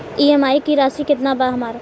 EMI की राशि केतना बा हमर?